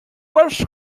was